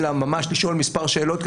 אלא ממש לשאול מספר שאלות,